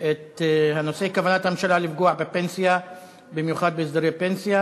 את הנושא: כוונת הממשלה לפגוע בפנסיה ובמיוחד בהסדרי פנסיה,